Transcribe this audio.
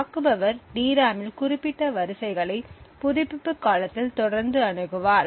தாக்குபவர் டிராமில் குறிப்பிட்ட வரிசைகளை புதுப்பிப்பு காலத்தில் தொடர்ந்து அணுகுவார்